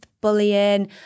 bullying